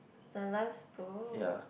the last book